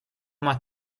más